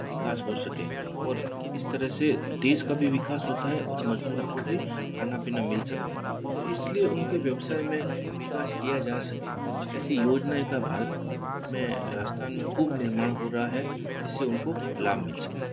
विकास हो सके ओर इस तरह से देश का भी विकास होता है और मज़दूरों को भी खाना पीना मिल सकता है तो इसलिए उनके व्यवसाय में विकास किया जा सके ऐसी योजनाएँ का भारत में राजस्थान में खूब निर्माण हो रहा है जिससे उनको लाभ मिल सके